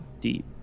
deep